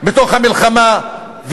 בתוך המלחמה,